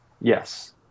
Yes